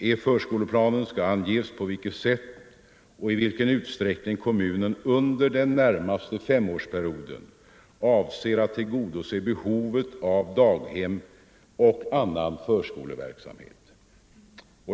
I förskoleplanen skall anges på vilket sätt och i vilken utsträckning kommunen under den närmaste femårsperioden avser att tillgodose behovet av daghem och annan förskoleverksamhet.